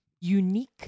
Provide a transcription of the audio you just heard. Unique